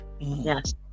Yes